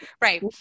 right